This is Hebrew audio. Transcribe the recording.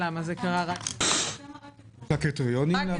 -- מה הקריטריונים?